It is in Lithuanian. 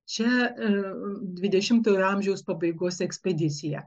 čia dvidešimtojo amžiaus pabaigos ekspedicija